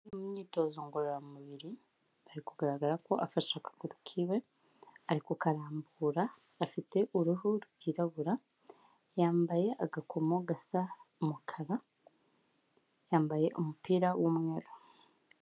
Mu myitozo ngororamubiri, ari kugaragara ko afashe akaguru kiwe, arikokarambura afite uruhu rwirabura yambaye agakomo gasa umukara, yambaye umupira w'umweru.